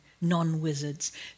non-wizards